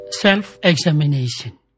Self-examination